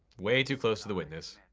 way too close to the witness.